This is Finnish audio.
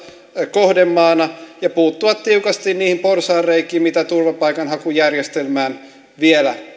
kohdemaana ja puuttua tiukasti niihin porsaanreikiin mitä turvapaikanhakujärjestelmään vielä